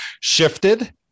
shifted